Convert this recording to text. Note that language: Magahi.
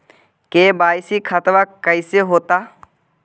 के.वाई.सी खतबा कैसे होता?